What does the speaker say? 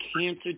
cancer